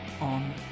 on